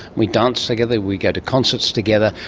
we dance together, we go to concerts together.